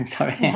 Sorry